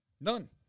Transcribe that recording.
None